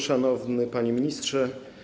Szanowny Panie Ministrze!